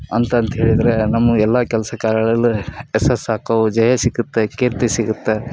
ಅಂತಂತ ಹೇಳಿದರೆ ನಮ್ಮ ಎಲ್ಲ ಕೆಲಸ ಕಾರ್ಯಗಳಲ್ಲಿ ಯಶಸ್ಸು ಆಕ್ಕಾವು ಜಯ ಸಿಕ್ಕತ್ತೆ ಕೀರ್ತಿ ಸಿಗುತ್ತೆ